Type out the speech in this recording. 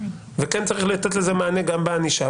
וכן צריך לתת לזה מענה גם בענישה.